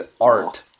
Art